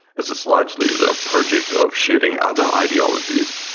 as it's largely the project of shedding other ideologies,